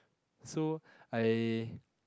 so I